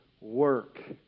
work